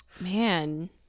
man